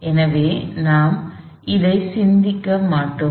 எனவே இதை நாம் சந்திக்க மாட்டோம்